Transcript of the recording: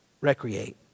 Recreate